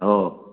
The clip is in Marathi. हो